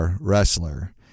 wrestler